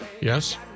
Yes